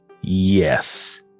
Yes